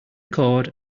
cord